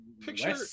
Picture